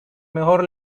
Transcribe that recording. mejor